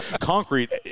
concrete